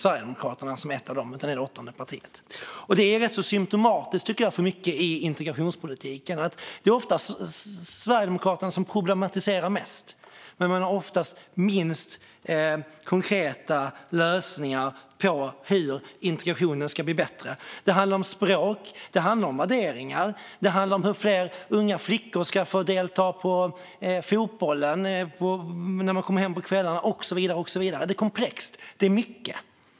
Sverigedemokraterna är inte ett av dem, utan man är det åttonde partiet. Detta är rätt symtomatiskt, tycker jag, för mycket i integrationspolitiken. Det är oftast Sverigedemokraterna som problematiserar mest, men man har oftast minst konkreta lösningar på hur integrationen ska bli bättre. Det handlar om språk, om värderingar, om hur fler unga flickor ska få delta i fotbollen när de kommer hem på kvällarna och så vidare. Det är komplext. Det är mycket.